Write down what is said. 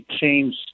change